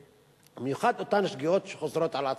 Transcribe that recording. במיוחד אותן שגיאות שחוזרות על עצמן.